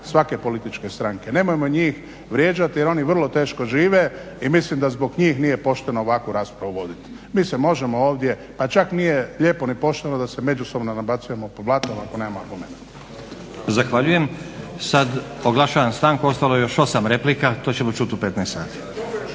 svake političke stranke. Nemojmo njih vrijeđati jer oni vrlo teško žive i mislim da zbog njih nije pošteno ovakvu raspravu voditi. Mi se možemo ovdje pa čak nije lijepo ni pošteno da se međusobno nabacujemo po blatu ako nemamo argumenata.